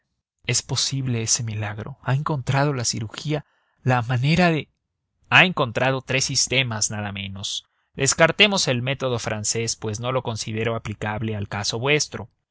es posible ese milagro ha encontrado la cirugía la manera de ha encontrado tres sistemas nada menos descartemos el método francés pues no lo considero aplicable al caso vuestro